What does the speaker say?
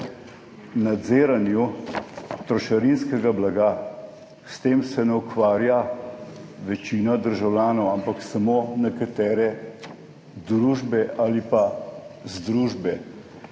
nadziranju trošarinskega blaga. S tem se ne ukvarja večina državljanov, ampak samo nekatere družbe ali pa združbe.